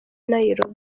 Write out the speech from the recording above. nairobi